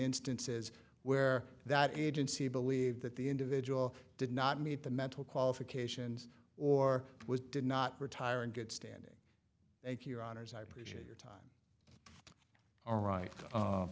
instances where that agency believed that the individual did not meet the mental qualifications or was did not retire in good standing thank your honour's i appreciate your time all right